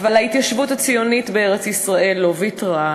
אבל ההתיישבות הציונית בארץ-ישראל לא ויתרה,